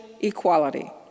equality